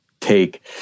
take